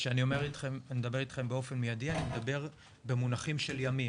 כשאני אומר 'באופן מיידי' אני מדבר במונחים של ימים.